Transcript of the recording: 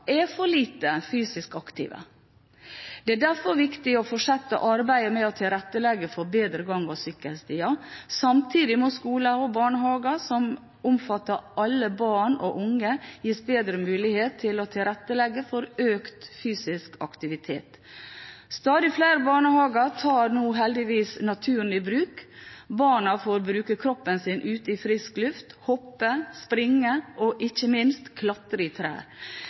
er for lite fysisk aktive. Det er derfor viktig å fortsette arbeidet med å tilrettelegge for bedre gang- og sykkelstier. Samtidig må skoler og barnehager, som omfatter alle barn og unge, gis bedre mulighet til å tilrettelegge for økt fysisk aktivitet. Stadig flere barnehager tar nå heldigvis naturen i bruk. Barna får bruke kroppen sin ute i frisk luft, hoppe, springe og – ikke minst